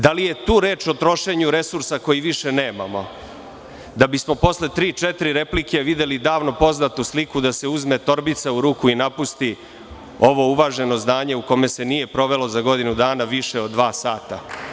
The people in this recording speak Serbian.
Da li je tu reč o trošenju resursa koje više nemamo, da bi smo posle tri, četiri replike videli davno poznatu sliku da se uzme torbica u ruku i napusti ovo uvaženo zdanje u kome se nije provelo za godinu dana više od dva sata?